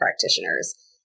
practitioners